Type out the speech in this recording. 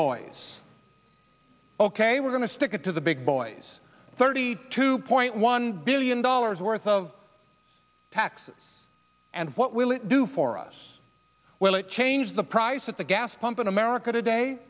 boys ok we're going to stick it to the big boys thirty two point one billion dollars worth of taxes and what will it do for us will it change the price at the gas pump in america today